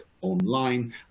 online